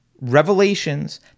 revelations